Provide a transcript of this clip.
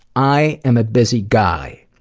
i am a busy guy.